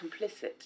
complicit